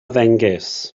ddengys